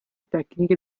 tecniche